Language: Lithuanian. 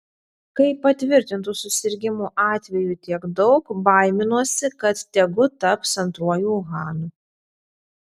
kai patvirtintų susirgimų atvejų tiek daug baiminuosi kad tegu taps antruoju uhanu